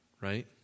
Right